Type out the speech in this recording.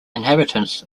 inhabitants